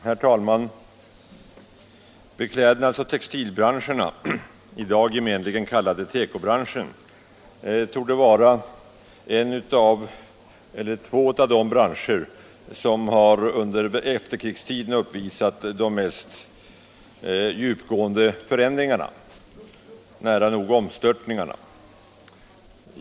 Herr talman! Beklädnadsoch textilbranscherna, i dag gemenligen kallade tekobranschen, torde vara två av de branscher som under efterkrigstiden uppvisat de mest djupgående, nära nog omstörtande, förändringarna.